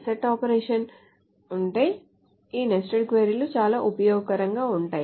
set ఆపరేషన్లు ఉంటే ఈ నెస్టెడ్ క్వరీలు చాలా ఉపయోగకరంగా ఉంటాయి